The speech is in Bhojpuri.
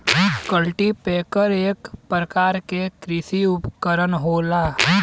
कल्टीपैकर एक परकार के कृषि उपकरन होला